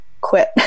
quit